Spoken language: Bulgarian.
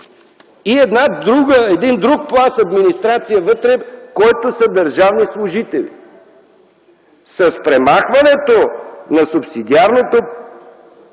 и един друг план с администрация вътре, в която са държавни служители. С премахването на субсидиарното